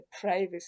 privacy